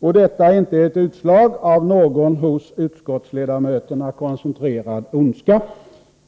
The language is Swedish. Och detta är inte ett utslag av någon hos utskottsledamöterna koncentrerad ondska.